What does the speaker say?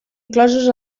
inclosos